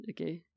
okay